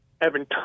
Evan